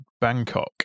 Bangkok